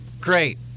great